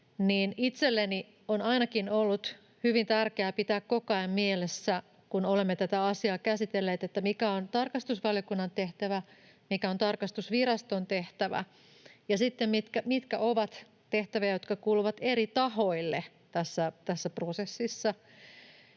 itselleni on ollut hyvin tärkeää pitää koko ajan mielessä, kun olemme tätä asiaa käsitelleet, mikä on tarkastusvaliokunnan tehtävä, mikä on tarkastusviraston tehtävä ja sitten mitkä ovat tehtäviä, jotka kuuluvat eri tahoille tässä prosessissa.